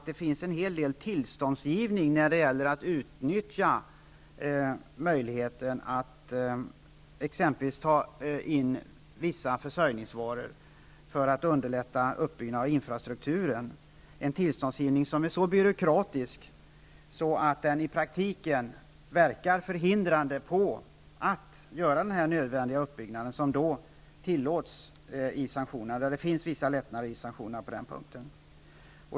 Det finns en hel del av tillståndsgivning när det gäller att utnyttja möjligheten att exempelvis ta in vissa försörjningsvaror för att underlätta uppbyggnaden av infrastrukturen. Denna tillståndsgivning är så byråkratisk att den i praktiken verkar förhindrande när det gäller att göra den nödvändiga uppbyggnaden i enlighet med sanktionerna. Det finns ju vissa lättnader i sanktionerna på den punkten.